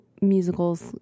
musicals